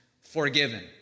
forgiven